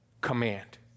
command